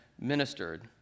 ministered